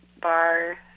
bar